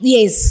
Yes